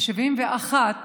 ב-1971,